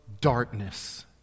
darkness